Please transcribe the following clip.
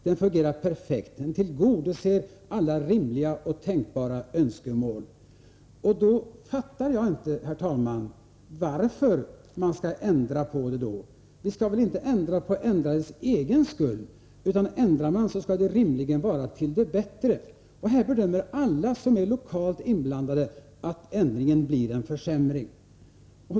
Den fungerar perfekt och tillgodoser alla rimliga och tänkbara önskemål. Då förstår jag inte, herr talman, varför man skall behöva ändra på den. Vi skall väl inte ändra för ändrandets skull, utan ändrar man skall det rimligen vara till det bättre. Alla som lokalt är inblandade i frågan bedömer att ändringen innebär en försämring.